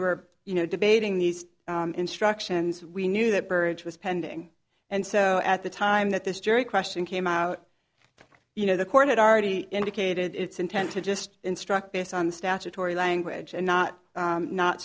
were you know debating these instructions we knew that burrage was pending and so at the time that this jury question came out you know the court had already indicated its intent to just instruct based on statutory language and not